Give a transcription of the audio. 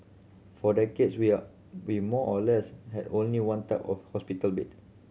for decades we are we more or less had only one type of hospital bed